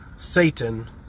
Satan